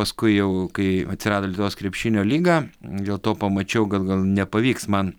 paskui jau kai atsirado lietuvos krepšinio lyga dėl to pamačiau gal gal nepavyks man